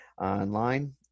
online